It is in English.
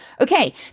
Okay